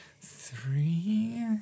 three